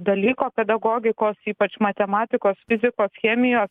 dalyko pedagogikos ypač matematikos fizikos chemijo